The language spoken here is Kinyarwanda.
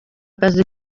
akazi